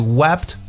wept